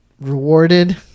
rewarded